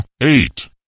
eight